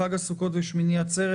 חג הסוגות ושמיני עצרת,